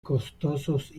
costosos